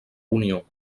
unió